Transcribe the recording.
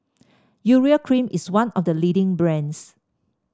Urea Cream is one of the leading brands